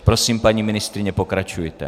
Prosím, paní ministryně, pokračujte.